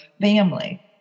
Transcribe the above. family